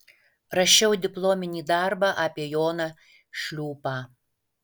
rašiau diplominį darbą apie joną šliūpą